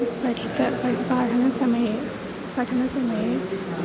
उत पाठित्वा पटि पाठनसमये पाठनसमये